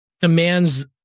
demands